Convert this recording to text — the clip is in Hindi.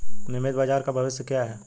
नियमित बाजार का भविष्य क्या है?